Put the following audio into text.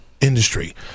industry